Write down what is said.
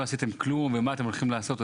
לא עשיתם כלום ומה אתם הולכים לעשות?